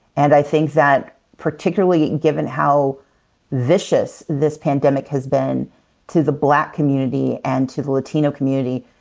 and i think that particularly given how vicious this pandemic has been to the black community, and to the latino community,